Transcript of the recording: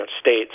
states